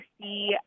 see